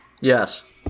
Yes